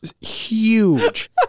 huge